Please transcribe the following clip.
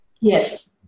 Yes